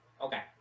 okay